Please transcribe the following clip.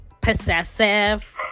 possessive